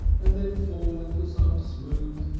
and then fall into some smooth,